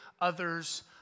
others